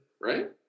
right